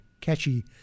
catchy